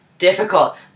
difficult